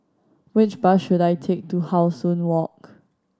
which bus should I take to How Sun Walk